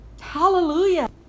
Hallelujah